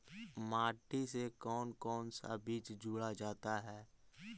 माटी से कौन कौन सा बीज जोड़ा जाता है?